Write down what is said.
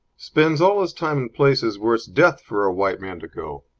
spends all his time in places where it's death for a white man to go.